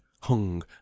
hung